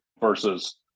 versus